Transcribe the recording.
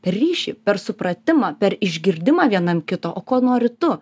ryšį per supratimą per išgirdimą vienam kito o ko nori tu